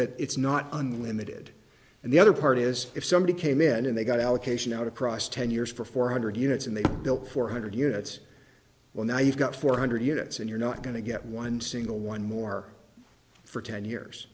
that it's not unlimited and the other part is if somebody came in and they got allocation out across ten years for four hundred units and they built four hundred units well now you've got four hundred units and you're not going to get one single one more for ten years